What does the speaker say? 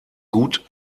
gut